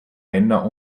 männer